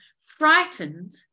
frightened